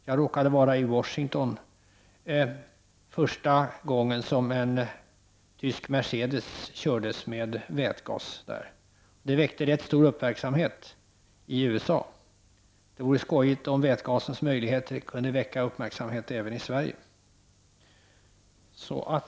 Jag råkade vara i Washington första gången som en tysk Mercedes kördes med vätgas där. Det väckte stor uppmärksamhet i USA. Det vore skojigt om vätgasens möjligheter kunde väcka stor uppmärksamhet även i Sverige.